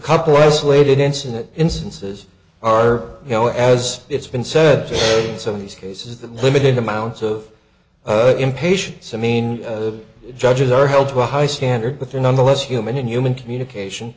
couple escalated incident instances are you know as it's been said to some of these cases that limited amounts of impatience i mean judges are held to a high standard but they're nonetheless human in human communication